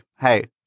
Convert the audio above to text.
Hey